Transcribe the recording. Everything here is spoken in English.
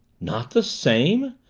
not the same!